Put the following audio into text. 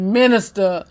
minister